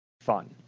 fun